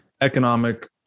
economic